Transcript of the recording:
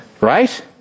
Right